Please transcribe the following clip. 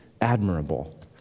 admirable